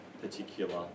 particular